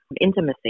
intimacy